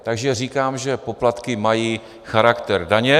Takže říkám, že poplatky mají charakter daně.